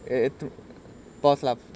eh pause lah